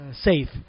safe